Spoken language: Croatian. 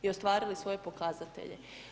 I ostvarili svoje pokazatelje.